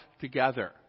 together